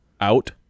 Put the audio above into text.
out